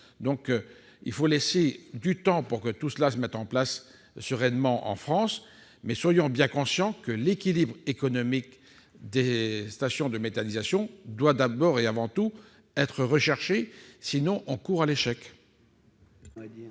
Il faut laisser du temps pour que tout cela se mette en place sereinement en France. Mais soyons bien conscients que l'équilibre économique des stations de méthanisation doit d'abord et avant tout être recherché ; sinon, on court à l'échec !